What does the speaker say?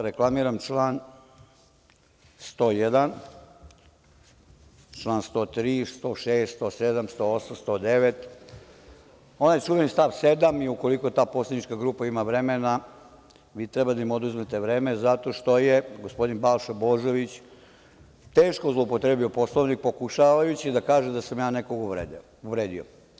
Reklamiram član 101, čl. 103, 106, 107, 108. i 109, onaj čuveni stav 7, i ukoliko ta poslanička grupa ima vremena, vi treba da im oduzmete vreme, zato što je gospodin Balša Božović teško zloupotrebio Poslovnik, pokušavajući da kaže da sam ja nekoga uvredio.